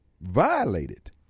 violated